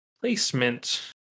placement